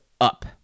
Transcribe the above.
up